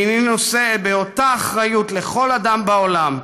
והינני נושא באותה אחריות לכל אדם בעולם,